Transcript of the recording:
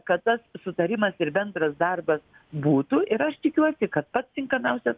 kad tas sutarimas ir bendras darbas būtų ir aš tikiuosi kad pats tinkamiausias